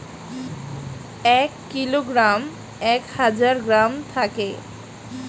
এক কিলোগ্রামে এক হাজার গ্রাম থাকে